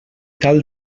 tal